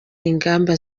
ingamba